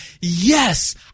yes